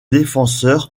défenseur